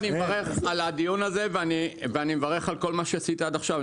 אני מברך על הדיון הזה ואני מברך על כל מה שעשית עד עכשיו.